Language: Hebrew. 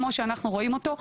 כמו שאנחנו רואים אותו,